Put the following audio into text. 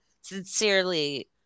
sincerely